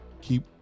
Keep